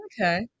Okay